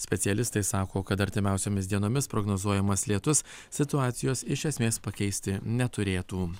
specialistai sako kad artimiausiomis dienomis prognozuojamas lietus situacijos iš esmės pakeisti neturėtų